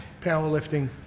Powerlifting